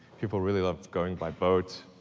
people really love going by boat.